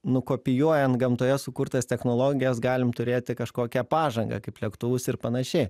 nukopijuojant gamtoje sukurtas technologijas galim turėti kažkokią pažangą kaip lėktuvus ir panašiai